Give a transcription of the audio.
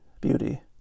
beauty